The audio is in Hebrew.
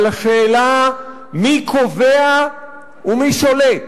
על השאלה מי קובע ומי שולט